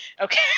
Okay